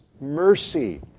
mercy